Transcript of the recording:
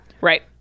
Right